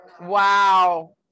Wow